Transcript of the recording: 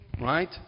Right